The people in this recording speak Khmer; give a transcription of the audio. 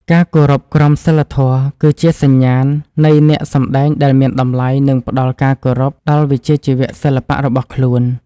ការគោរពក្រមសីលធម៌គឺជាសញ្ញាណនៃអ្នកសម្តែងដែលមានតម្លៃ និង ផ្តល់ការគោរពដល់វិជ្ជាជីវៈសិល្បៈរបស់ខ្លួន។